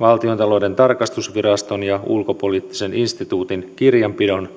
valtiontalouden tarkastusviraston ja ulkopoliittisen instituutin kirjanpidon